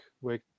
wake